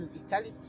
vitality